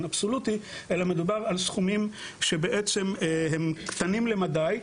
אבסולוטי אלא מדובר על סכומים קטנים למדי,